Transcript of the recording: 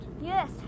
Yes